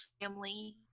family